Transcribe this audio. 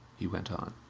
he went on.